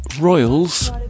Royals